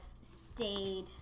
stayed